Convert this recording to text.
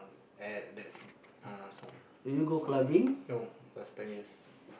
at that uh song song no first time yes